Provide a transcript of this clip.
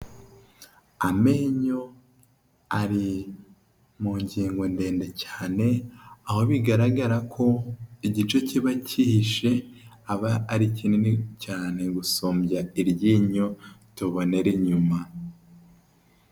Amenyo ari mu ngingo ndende cyane, aho bigaragara ko igice kiba cyihishe aba ari kinini cyane gusombya iryinyo tubonere inyuma.